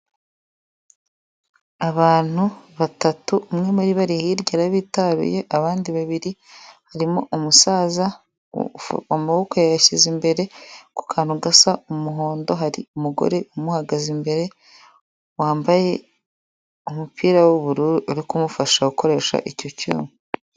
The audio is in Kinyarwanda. Abantu batatu, umwe muri bo ari hirya arabitaruye, abandi babiri harimo umusaza amaboko yayashyize imbere ku kantu gasa umuhondo, hari umugore umuhagaze imbere wambaye umupira w'ubururu uri kumufasha gukoresha icyo cyuma.